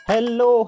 Hello